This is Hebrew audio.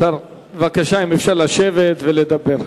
בבקשה, אם אפשר לשבת ולדבר.